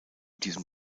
diesem